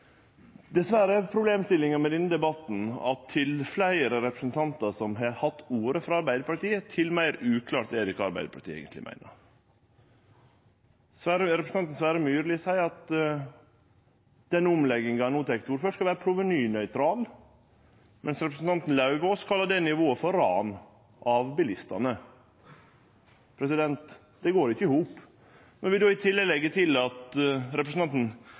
Dessverre er problemstillinga i denne debatten at til fleire representantar frå Arbeidarpartiet som har hatt ordet, til meir uklart er det kva Arbeidarpartiet eigentleg meiner. Representanten Sverre Myrli seier at den omlegginga ein no tek til orde for, skal vere provenynøytral, mens representanten Lauvås kallar det nivået for eit ran av bilistane. Det går ikkje i hop. Vi kan leggje til at representanten